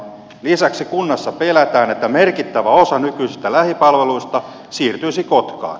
lisäksi kunnassa pelätään että merkittävä osa nykyisistä lähipalveluista siirtyisi kotkaan